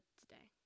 today